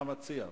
מה הצעת?